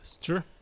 Sure